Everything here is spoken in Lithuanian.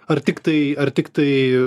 ar tiktai ar tiktai